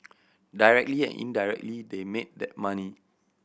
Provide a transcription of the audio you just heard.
directly and indirectly they made that money